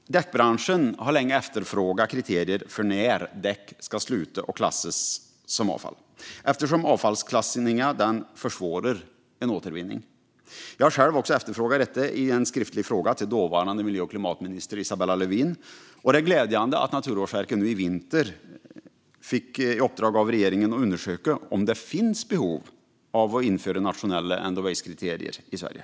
Däckbranschen har länge efterfrågat kriterier för när däck ska upphöra att klassas som avfall, eftersom avfallsklassningen försvårar återvinning. Jag har själv också efterfrågat detta i en skriftlig fråga till dåvarande miljö och klimatminister Isabella Lövin. Det är glädjande att Naturvårdsverket i vintras fick i uppdrag av regeringen att undersöka om det finns behov av att införa nationella end of waste-kriterier i Sverige.